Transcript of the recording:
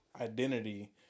identity